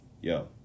Yo